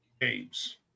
games